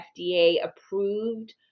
FDA-approved